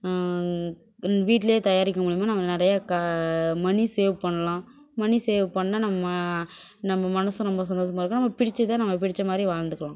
இந் வீட்லேயே தயாரிக்கும் மூலிமா நம்ம நிறையா கா மனி சேவ் பண்ணலாம் மனி சேவ் பண்ணிணா நம்ம நம்ம மனதும் ரொம்ப சந்தோஷமாக இருக்கும் நம்ம பிடிச்சதை நமக் பிடிச்ச மாதிரி வாழ்ந்துக்கலாம்